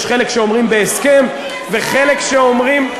יש חלק שאומרים בהסכם ויש חלק שאומרים,